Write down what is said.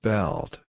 Belt